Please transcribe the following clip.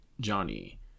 Johnny